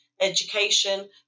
education